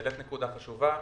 העלית נקודה חשובה.